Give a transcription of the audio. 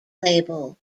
label